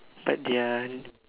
but they're